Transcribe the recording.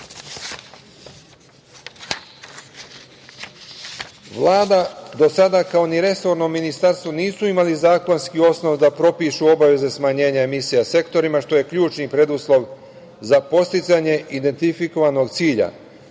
nivou. Vlada do sada kao ni resorno ministarstvo nisu imali zakonski osnov da propišu obaveze smanjenja emisija sektorima, što je ključni preduslov za postizanje identifikovanog cilja.